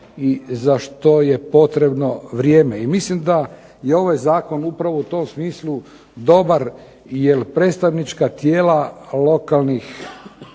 i za što je potrebno vrijeme. I mislim da je ovaj zakon u tom smislu dobar jel predstavnička tijela lokalnih